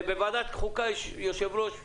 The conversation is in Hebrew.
בוועדת חוקה יש יושב-ראש אסרטיבי,